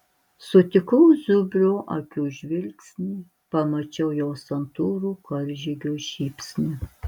sutikau zubrio akių žvilgsnį pamačiau jo santūrų karžygio šypsnį